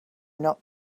not